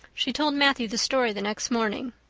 she told matthew the story the next morning.